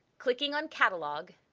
clicking on catalog,